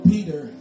Peter